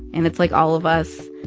and it's, like, all of us,